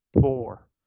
Four